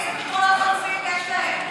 איזה פתרונות חלופיים יש להם?